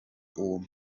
uwo